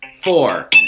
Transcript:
Four